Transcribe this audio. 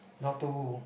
Doctor Who